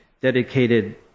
dedicated